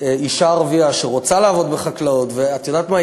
אישה ערבייה שרוצה לעבוד בחקלאות, את יודעת מה?